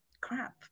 crap